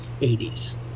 80s